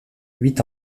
huit